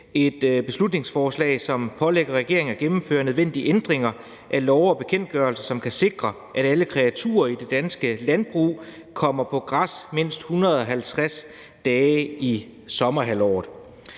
et beslutningsforslag, som pålægger regeringen at gennemføre nødvendige ændringer af love og bekendtgørelser, som kan sikre, at alle kreaturer i det danske landbrug kommer på græs mindst 150 dage i sommerhalvåret.